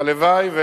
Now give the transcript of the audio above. הלוואי.